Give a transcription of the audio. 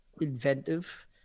inventive